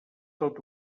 tot